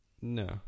No